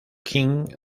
king